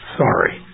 sorry